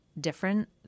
different